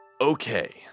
Okay